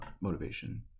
motivation